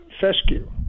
fescue